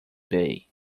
bay